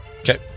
Okay